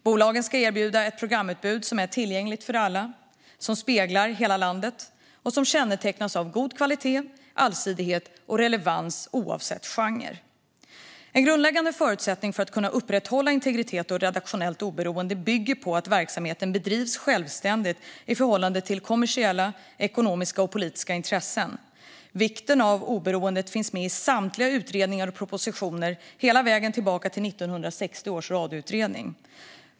Bolagen ska erbjuda ett programutbud som är tillgängligt för alla, som speglar hela landet och som kännetecknas av god kvalitet, allsidighet och relevans oavsett genre. En grundläggande förutsättning för att kunna upprätthålla integritet och redaktionellt oberoende är att verksamheten bedrivs självständigt i förhållande till kommersiella, ekonomiska och politiska intressen. Vikten av oberoendet finns med i samtliga utredningar och propositioner, hela vägen tillbaka till 1960 års radioutredning.